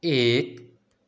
ایک